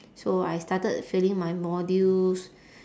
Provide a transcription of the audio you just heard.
so I started failing my modules